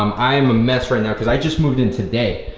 um i am a mess right now cause i just moved in today.